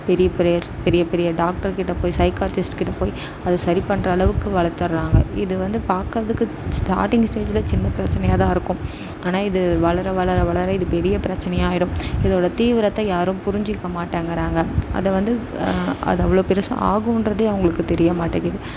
பெரிய பெரிய பெரிய பெரிய டாக்டர்கிட்ட போய் சைக்கார்டிஸ்ட்கிட்ட போய் அதை சரி பண்ணுற அளவுக்கு வளர்த்தர்றாங்க இது வந்து பார்க்கறதுக்கு ஸ்டார்டிங் ஸ்டேஜ்ல சின்ன பிரச்சனையாகதான் இருக்கும் ஆனால் இது வளர வளர வளர இது பெரிய பிரச்சனையாகிடும் இதோடய தீவிரத்தை யாரும் புரிஞ்சிக்க மாட்டேங்கறாங்க அதை வந்து அது அவ்வளோ பெருசாக ஆகின்றதே அவங்களுக்கு தெரியமாட்டேங்கிது